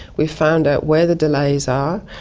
we found out where the delays are,